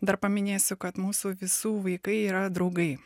dar paminėsiu kad mūsų visų vaikai yra draugai